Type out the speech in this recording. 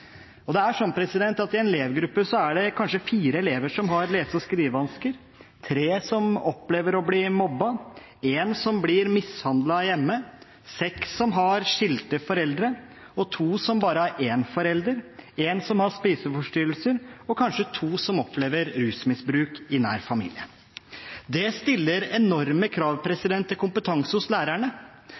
Det er sånn at i en elevgruppe er det kanskje fire elever som har lese- og skrivevansker, tre som opplever å bli mobbet, én som blir mishandlet hjemme, seks som har skilte foreldre, og to som bare har én forelder, en som har spiseforstyrrelser, og kanskje to som opplever rusmisbruk i nær familie. Det stiller enorme krav til kompetanse hos lærerne.